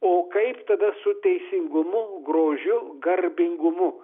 o kaip tada su teisingumu grožiu garbingumu